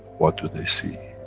what do they see?